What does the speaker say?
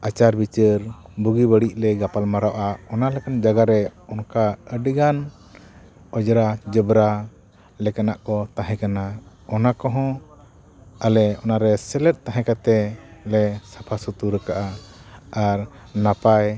ᱟᱪᱟᱨᱼᱵᱤᱪᱟᱹᱨ ᱵᱩᱜᱤᱼᱵᱟᱹᱲᱤᱡ ᱞᱮ ᱜᱟᱯᱟᱞᱼᱢᱟᱨᱟᱣᱟ ᱚᱱᱟ ᱞᱮᱠᱟᱱ ᱡᱟᱭᱜᱟ ᱨᱮ ᱚᱱᱠᱟ ᱟᱹᱰᱤ ᱜᱟᱱ ᱚᱸᱡᱽᱨᱟ ᱡᱚᱵᱽᱨᱟ ᱞᱮᱠᱟᱱᱟᱜ ᱠᱚ ᱛᱟᱦᱮᱸ ᱠᱟᱱᱟ ᱚᱱᱟ ᱠᱚᱦᱚᱸ ᱟᱞᱮ ᱚᱱᱟ ᱨᱮ ᱥᱮᱞᱮᱫ ᱛᱟᱦᱮᱸ ᱠᱟᱛᱮᱫ ᱞᱮ ᱥᱟᱯᱷᱟᱼᱥᱩᱛᱟᱹᱨ ᱟᱠᱟᱫᱼᱟ ᱟᱨ ᱱᱟᱯᱟᱭ